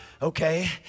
Okay